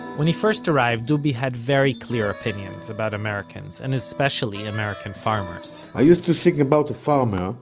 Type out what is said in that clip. when he first arrived, dubi had very clear opinions about americans, and especially american farmers i used to think about the farmer